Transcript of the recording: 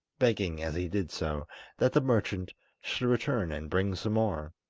begging as he did so that the merchant should return and bring some more.